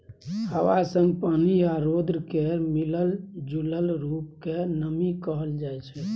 हबा संग पानि आ रौद केर मिलल जूलल रुप केँ नमी कहल जाइ छै